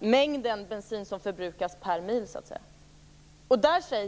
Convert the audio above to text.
mängden bensin som förbrukas per mil.